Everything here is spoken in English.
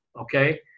okay